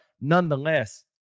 nonetheless